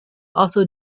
also